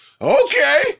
Okay